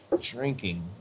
drinking